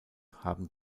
habe